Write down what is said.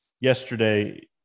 yesterday